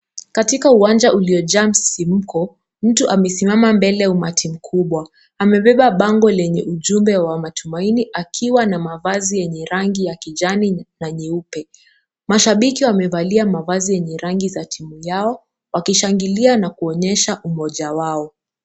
Katika uwanja uliojaa msisimko, mtu amesimama mbele ya umati mkubwa. Amebeba bango lenye ujumbe wa matumaini akiwa na mavazi yenye rangi ya kijani na nyeupe. Mashabiki wamevalia mavazi yenye rangi ya timu yao wakishangilia na kuonyesha umoja wao.